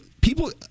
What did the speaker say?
people